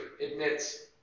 admits